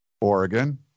Oregon